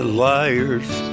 liar's